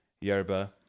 yerba